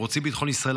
רוצים בביטחון ישראל,